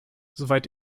soweit